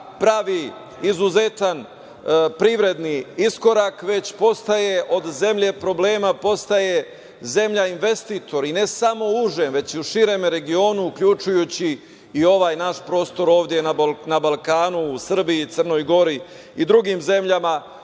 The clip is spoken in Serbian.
pravi izuzetan privredni iskorak, već od zemlje problema postaje zemlja investitor, i ne samo u užem, već i u širem regionu, uključujući i ovaj naš prostor ovde na Balkanu, u Srbiji, Crnoj Gori i drugim zemljama